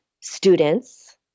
students